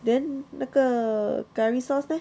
then 那个 curry sauce leh